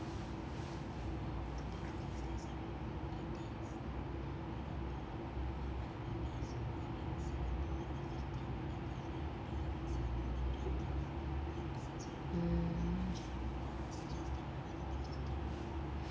mm